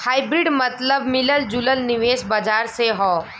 hybrid मतबल मिलल जुलल निवेश बाजार से हौ